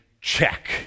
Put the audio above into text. check